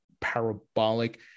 parabolic